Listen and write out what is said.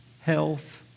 health